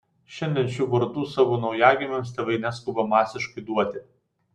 šiandien šių vardų savo naujagimiams tėvai neskuba masiškai duoti